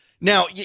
Now